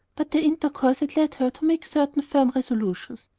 but their intercourse had led her to make certain firm resolutions.